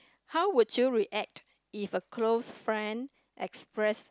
how would you react if a close friend express